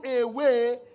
away